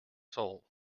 soul